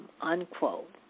unquote